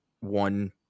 one